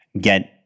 get